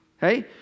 Hey